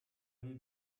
lui